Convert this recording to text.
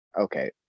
okay